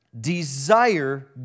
desire